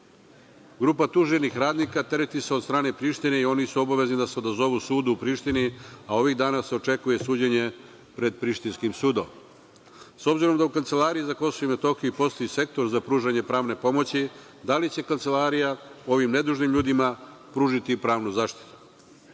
Grupa tuženih radnika tereti se od strane Prištine i oni su obavezni da se odazovu sudu u Prištini, a ovih dana se očekuje suđenje pred prištinskim sudom.S obzirom da u Kancelariji za KiM postoji sektor za pružanje pravne pomoći, da li će Kancelarija ovim nedužnim ljudima pružiti pravnu